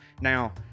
Now